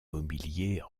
mobilier